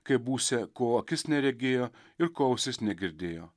kaip būsią ko akis neregėjo ir ko ausis negirdėjo